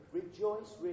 rejoice